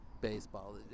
baseball